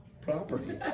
property